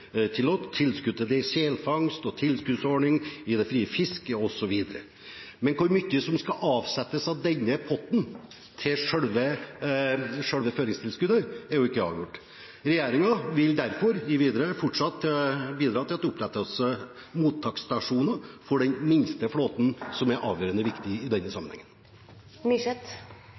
innebærer garantilott, tilskudd til selfangst, tilskuddsordning via det frie fisket, osv., men hvor mye som skal avsettes av denne potten til selve føringstilskuddet, er ikke avgjort. Regjeringen vil i det videre derfor fortsatt bidra til at det opprettes mottaksstasjoner for den minste flåten, som er avgjørende viktig i denne